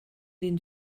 den